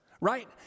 right